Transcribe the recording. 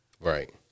Right